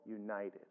united